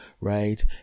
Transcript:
right